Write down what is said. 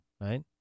right